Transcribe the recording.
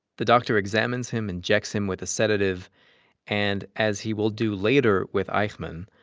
the doctor examines him, injects him with a sedative and, as he will do later with eichmann,